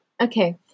okay